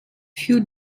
für